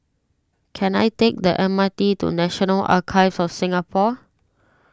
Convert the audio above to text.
can I take the M R T to National Archives of Singapore